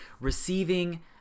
receiving